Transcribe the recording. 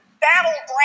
battleground